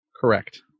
Correct